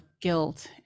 guilt